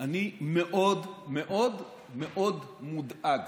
אני מאוד מאוד מאוד מודאג